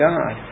God